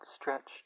stretched